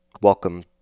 Welcome